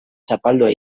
zapaldua